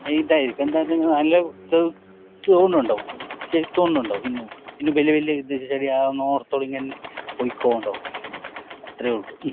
ഇതായിരിക്കും എന്താന്നു പറഞ്ഞാൽ നല്ല ഇന്നും ബല്യ ബല്യ ഇതു ശരിയാകും എന്ന് ഓർത്തോളീൻ എന്നെ പൊയ്ക്കോ ഉണ്ടാകും അത്രയേ ഉള്ളൂ